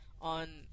on